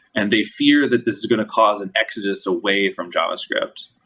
and they fear that this is going to cause an exodus away from javascript.